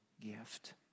gift